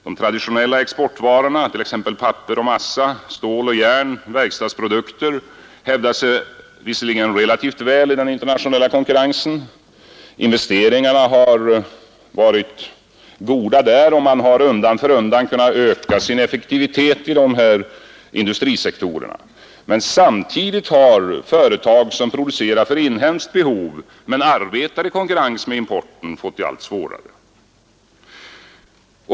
De traditionella exportvarorna — t.ex. papper och massa, stål och järn samt verkstadsprodukter — hävdar sig visserligen relativt väl i den internationella konkurrensen. Investeringarna har varit goda, och man har undan för undan kunnat öka sin effektivitet i dessa industrisektorer. Samtidigt har emellertid företag som producerar för inhemskt behov men arbetar i konkurrens med import fått det allt svårare.